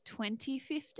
2015